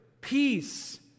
Peace